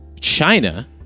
China